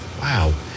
Wow